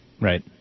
Right